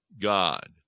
God